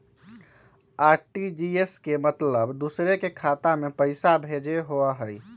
RTGS के मतलब दूसरे के खाता में पईसा भेजे होअ हई?